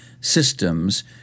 systems